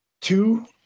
two